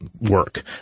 work